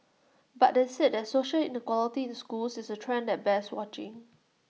but they said that social inequality in schools is A trend that bears watching